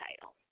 title